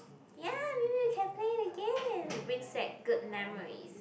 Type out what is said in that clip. ya maybe we can play it again brings back good memories